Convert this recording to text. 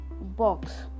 box